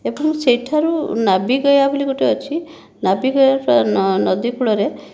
ଏଠୁ ସେଠାରୁ ନାଭିଗୟା ବୋଲି ଗୋଟେ ଅଛି ନାଭିଗୟାଟା ନଦୀ କୂଳରେ